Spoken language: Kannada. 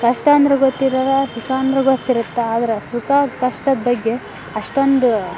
ಕಷ್ಟ ಅಂದರೂ ಗೊತ್ತಿರೋಲ್ಲ ಸುಖ ಅಂದರೂ ಗೊತ್ತಿರುತ್ತೆ ಆದರೆ ಸುಖ ಕಷ್ಟದ ಬಗ್ಗೆ ಅಷ್ಟೊಂದು